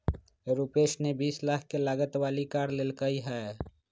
रूपश ने बीस लाख के लागत वाली कार लेल कय है